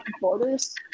borders